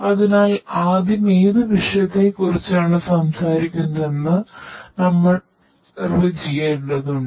അതിനാൽ ആദ്യം ഏത് വിഷയത്തെക്കുറിച്ചാണ് സംസാരിക്കുന്നതെന്ന് നമ്മൾ നിർവചിക്കേണ്ടതുണ്ട്